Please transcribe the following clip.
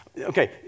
okay